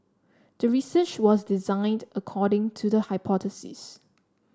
the research was designed according to the hypothesis